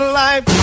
life